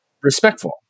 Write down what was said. respectful